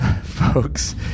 folks